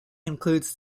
includes